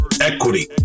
equity